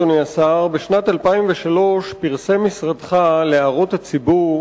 אדוני השר: בשנת 2003 פרסם משרדך להערות הציבור